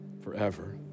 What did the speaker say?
forever